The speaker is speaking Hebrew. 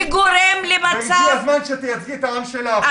הגיע הזמן שתייצגי את העם שלך.